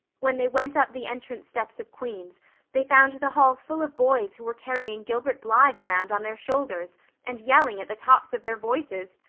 when they went up the entrance steps of queen's they found the hall full of boys who were carrying gilbert blythe around on their shoulders and yelling at the tops of their voices,